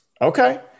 Okay